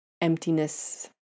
emptiness